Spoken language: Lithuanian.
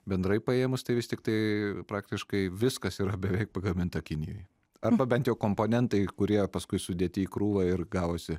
bendrai paėmus tai vis tiktai praktiškai viskas yra beveik pagaminta kinijoj arba bent jau komponentai kurie paskui sudėti į krūvą ir gavosi